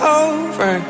over